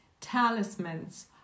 talismans